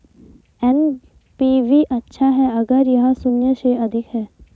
NPV अच्छा है अगर यह शून्य से अधिक है